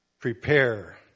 prepare